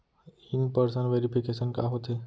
In person verification का होथे?